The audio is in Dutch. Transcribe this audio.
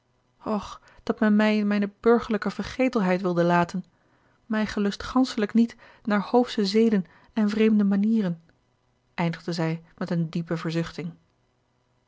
dat men mij in mijne burgerlijke vergetelheid wilde laten mij gelust ganschelijk niet naar hoofsche zeden en vreemde manieren eindigde zij met eene diepe